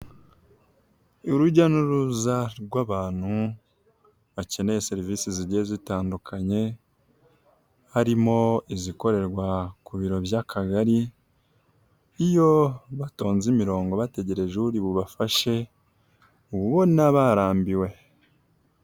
Urujya n'uruza rw'abantu bakeneye serivisi zigiye zitandukanye, harimo izikorerwa ku biro by'Akagari, iyo batonze imirongo bategereje uri bubafashe uba ubona barambiwe.